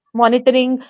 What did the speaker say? monitoring